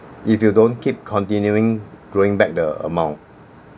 if you don't keep continuing growing back the amount